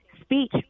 speech